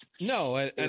No